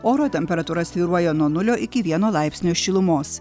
oro temperatūra svyruoja nuo nulio iki vieno laipsnio šilumos